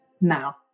now